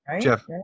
Jeff